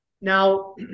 Now